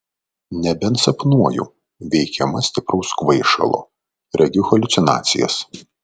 nebent sapnuoju veikiama stipraus kvaišalo regiu haliucinacijas